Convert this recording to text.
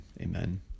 amen